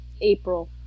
April